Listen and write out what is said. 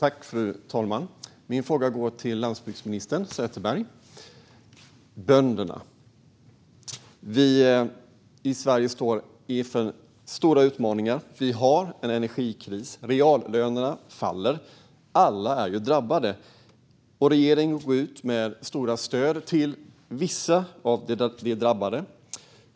Fru talman! Min fråga går till landsbygdsminister Sätherberg. Det gäller bönderna. Vi i Sverige står inför stora utmaningar. Vi har en energikris. Reallönerna faller. Alla är drabbade. Regeringen går ut med stora stöd till vissa av de drabbade.